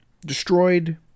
Destroyed